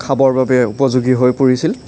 খাবৰ বাবে উপযোগী হৈ পৰিছিল